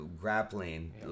grappling